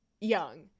young